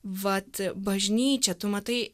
vat bažnyčia tu matai